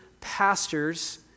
pastors